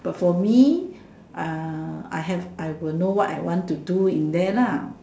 but for me uh I have I would know what I want to do in there lah